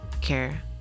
care